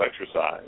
exercise